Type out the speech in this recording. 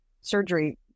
surgery